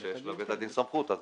ושיש לבית הדין סמכות.